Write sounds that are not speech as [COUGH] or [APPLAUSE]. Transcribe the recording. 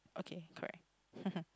okay correct [LAUGHS]